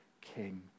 king